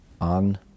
on